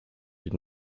did